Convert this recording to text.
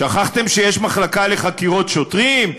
שכחתם שיש מחלקה לחקירות שוטרים?